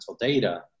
data